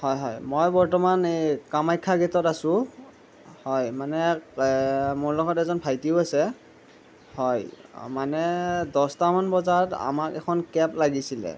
হয় হয় মই বৰ্তমান এই কামাখ্যা গেটত আছোঁ হয় মানে মোৰ লগত এজন ভাইটিও আছে হয় মানে দচটামান বজাত আমাক এখন কেব লাগিছিলে